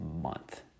month